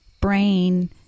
brain –